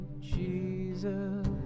Jesus